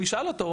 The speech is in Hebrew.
הוא ישאל אותו,